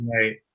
right